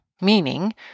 Meaning